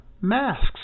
masks